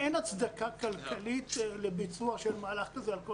אין הצדקה כלכלית לביצוע של מהלך כזה על כל